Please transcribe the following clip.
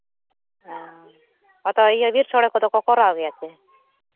ᱦᱮᱸ ᱟᱫᱚ ᱵᱤᱨ ᱥᱳᱲᱮ ᱠᱚᱫᱚ ᱠᱚ ᱠᱚᱨᱟᱣ ᱜᱮᱭᱟ ᱥᱮ